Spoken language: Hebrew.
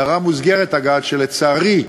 בהערה מוסגרת אגיד שלצערי,